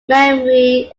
memory